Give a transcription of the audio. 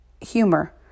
humor